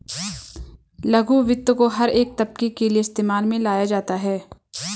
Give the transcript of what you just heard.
लघु वित्त को हर एक तबके के लिये इस्तेमाल में लाया जाता है